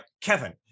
Kevin